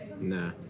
Nah